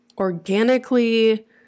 organically